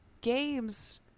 games